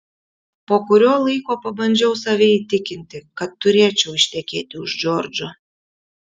po kurio laiko pabandžiau save įtikinti kad turėčiau ištekėti už džordžo